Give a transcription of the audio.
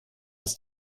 was